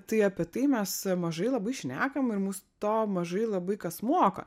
tai apie tai mes mažai labai šnekam ir mus to mažai labai kas moka